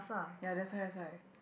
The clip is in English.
ya that's why that's why